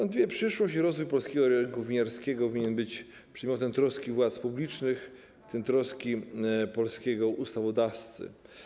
Niewątpliwie przyszłość i rozwój polskiego rynku winiarskiego winny być przedmiotem troski władz publicznych, w tym troski polskiego ustawodawcy.